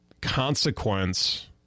consequence